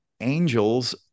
angels